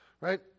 right